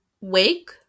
Wake